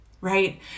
right